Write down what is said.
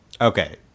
okay